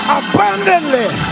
abundantly